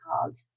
called